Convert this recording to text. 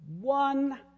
one